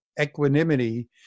equanimity